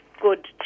good